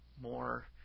more